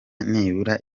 nibura